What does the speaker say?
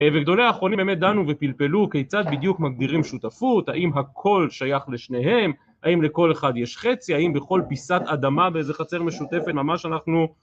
וגדולי האחרונים באמת דנו ופלפלו כיצד בדיוק מגדירים שותפות, האם הכל שייך לשניהם, האם לכל אחד יש חצי, האם בכל פיסת אדמה באיזה חצר משותפת ממש אנחנו